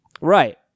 Right